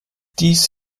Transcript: dies